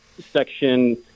section